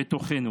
בתוכנו,